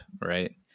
right